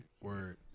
Word